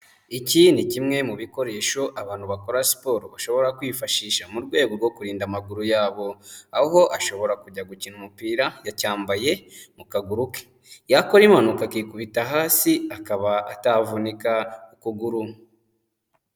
Iki ni kimwe mu bikoresho abantu bakora siporo bashobora kwifashisha mu rwego rwo kurinda amaguru yabo, aho ashobora kujya gukina umupira yacyambaye mu kaguru ke yakora impanuka akikubita hasi akaba atavunika ukuguru.